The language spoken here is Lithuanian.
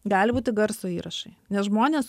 gali būti garso įrašai nes žmonės